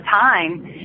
time